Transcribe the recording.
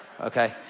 okay